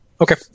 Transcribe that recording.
okay